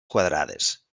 quadrades